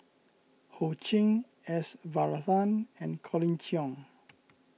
Ho Ching S Varathan and Colin Cheong